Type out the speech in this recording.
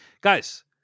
Guys